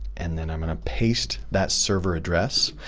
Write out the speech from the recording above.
and then i'm going to paste that server address.